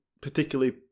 particularly